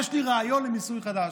יש לי רעיון למיסוי חדש.